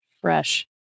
fresh